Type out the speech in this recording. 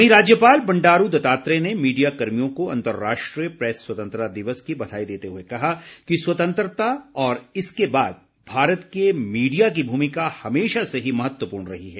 वहीं राज्यपाल बंडारू दत्तात्रेय ने मीडिया कर्मियों को अंतर्राष्ट्रीय प्रेस स्वतंत्रता दिवस की बधाई देते हुए कहा कि स्वतंत्रता और इसके बाद भारत के मीडिया की भूमिका हमेशा से ही महत्वपूर्ण रही है